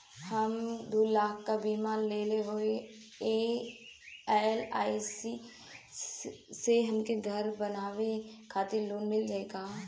हम दूलाख क बीमा लेले हई एल.आई.सी से हमके घर बनवावे खातिर लोन मिल जाई कि ना?